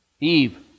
Eve